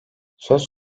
söz